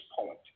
point